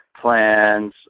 plans